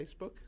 Facebook